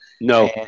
No